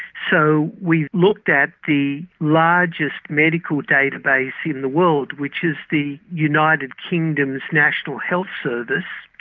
so we looked at the largest medical database in the world which is the united kingdom's national health service,